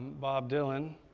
bob dylan,